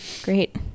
Great